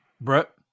Brett